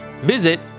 Visit